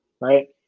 Right